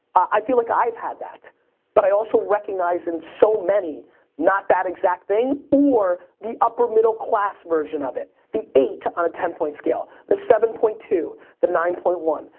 i feel like i've had that but i also recognize in so many not that exact thing or the upper-middle class version of it. the eight on a ten point scale, the seven point two, the nine point one,